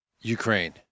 ukraine